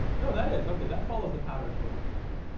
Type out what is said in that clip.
no, that is. ok. that follows the pattern that we're looking for.